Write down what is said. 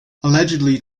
allegedly